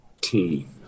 team